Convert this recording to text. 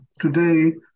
today